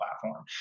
platform